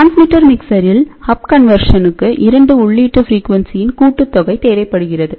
transmitter மிக்சரில் up கண்வெர்ஷனுக்கு 2 உள்ளீட்டு ஃப்ரீக்யுண்சியின் கூட்டுத்தொகை தேவைப்படுகிறது